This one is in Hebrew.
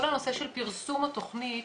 כל נושא פרסום התכנית